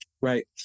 Right